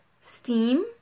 steam